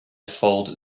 fold